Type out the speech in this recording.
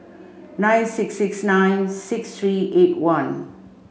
nine six six nine six three eight one